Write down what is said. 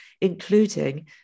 including